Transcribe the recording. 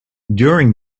during